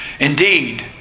Indeed